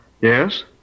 Yes